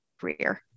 career